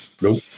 Nope